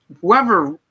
whoever